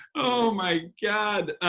oh my god.